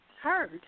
heard